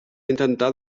intentar